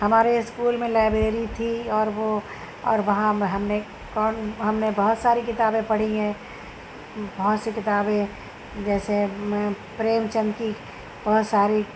ہمارے اسکول میں لائبریری تھی اور وہ اور وہاں میں ہم نے کون ہم نے بہت ساری کتابیں پڑھی ہیں بہت سی کتابیں جیسے پریم چند کی بہت ساری